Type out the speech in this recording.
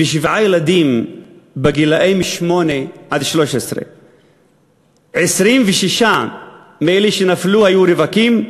ושבעה ילדים בני 8 13. 26 מאלה שנפלו היו רווקים,